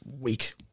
week